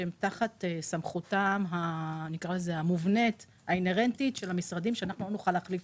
תחת סמכותם המובנית האינהרנטית של המשרדים שלא נוכל להחליף